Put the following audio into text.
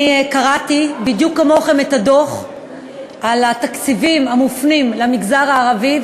אני קראתי בדיוק כמוכם את הדוח על התקציבים המופנים למגזר הערבי,